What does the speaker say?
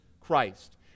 Christ